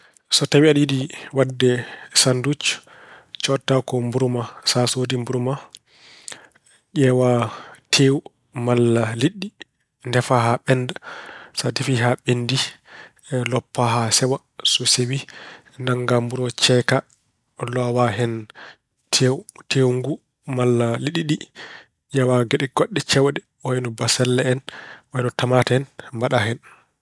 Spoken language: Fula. So tawi aɗa yiɗi waɗde sanndus, coodataa ko mburu ma. So a soodii mburu ma, ƴeewa teewu malla liɗɗi, ndefaa haa ɓennda. Sa defii haa ɓenndii, loppaa haa sewa. So sewi, naggaa mburu oo ceekaa loowaa hen tewu tewu ngu malla liɗɗi ɗi. Ƴeewaa geɗe goɗɗe ceewɗe wayino basalle en, wayino tamaate en mbaɗaa hen.